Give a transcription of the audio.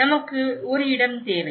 நமக்கு ஒரு இடம் தேவை